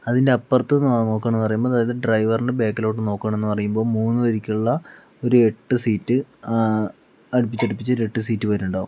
അതിൻ്റെ അപ്പുറത്ത് നോക്കുവാണ് പറയുമ്പോൾ അതായത് ഡ്രൈവറിൻ്റെ ബാക്കിലോട്ട് നോക്കുവാണ് എന്ന് പറയുമ്പോൾ മൂന്ന് പേർക്കുള്ള ഒരു എട്ട് സീറ്റ് അടുപ്പിച്ച് അടുപ്പിച്ച് ഒരു എട്ട് സീറ്റ് വരുന്നുണ്ടാവും